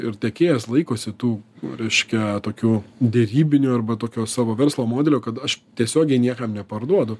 ir tiekėjas laikosi tų reiškia tokių derybinių arba tokio savo verslo modelio kad aš tiesiogiai niekam neparduodu